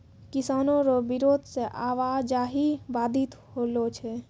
किसानो रो बिरोध से आवाजाही बाधित होलो छै